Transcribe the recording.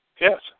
Yes